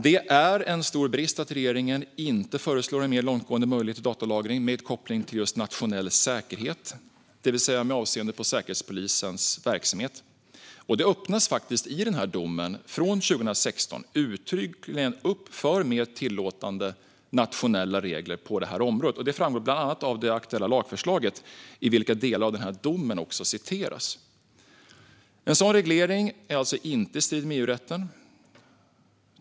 Det är en stor brist att regeringen inte föreslår en mer långtgående möjlighet till datalagring med koppling till nationell säkerhet, det vill säga med avseende på Säkerhetspolisens verksamhet. Det öppnas i domen från 2016 uttryckligen för mer tillåtande nationella regler på detta område. Det framgår bland annat av det aktuella lagförslaget, i vilket delar av domen citeras. En sådan reglering står alltså inte i strid med EU-rätten.